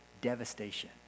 devastation